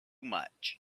much